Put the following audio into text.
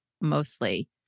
mostly